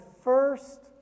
first